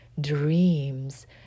dreams